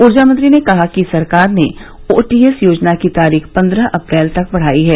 ऊर्जा मंत्री ने कहा कि सरकार ने ओटीएस योजना की तारीख पन्द्रह अप्रैल तक बढ़ाई है